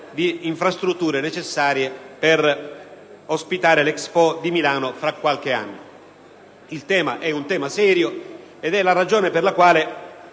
di infrastrutture necessarie per ospitare l'Expo di Milano fra qualche anno. Si tratta di un tema serio, ed è la ragione per la quale